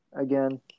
again